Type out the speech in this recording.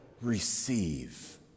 receive